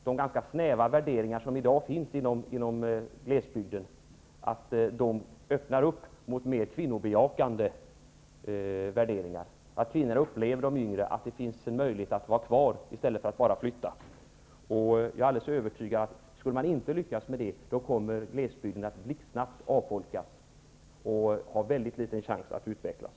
De ganska snäva värderingar som i dag finns i glesbygden måste ersättas med mer kvinnobejakande värderingar. De yngre kvinnorna måste få en möjlighet att uppleva att de har en möjlighet att vara kvar i stället för att bara flytta. Jag är övertygad att om man inte lyckas med det, kommer glesbygden blixtsnabbt att avfolkas och ha mycket liten chans att utvecklas.